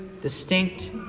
distinct